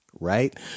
Right